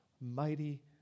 mighty